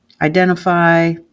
identify